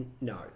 no